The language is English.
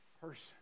person